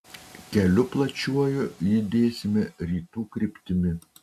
keliu plačiuoju judėsime rytų kryptimi